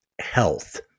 health